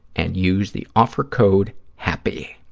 and use the offer code happy.